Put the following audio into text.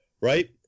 right